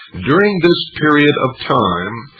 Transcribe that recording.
during this period of time,